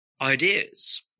ideas